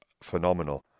phenomenal